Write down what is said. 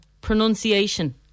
pronunciation